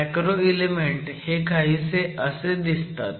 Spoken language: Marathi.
मॅक्रो इलेमेंट हे काहीसे असे दिसतात